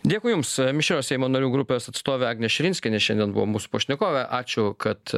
dėkui jums mišrios seimo narių grupės atstovė agnė širinskienė šiandien buvo mūsų pašnekove ačiū kad